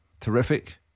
Terrific